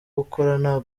gukorera